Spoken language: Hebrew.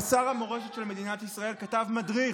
אבל שר המורשת של מדינת ישראל כתב מדריך.